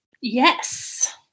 yes